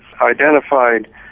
identified